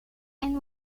and